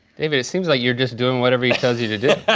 david, it seems like you're just doing whatever he tells you to do.